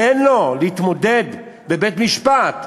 תן לו להתמודד בבית-משפט.